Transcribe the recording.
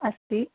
अस्ति